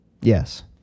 Yes